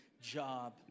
job